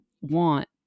want